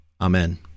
Amen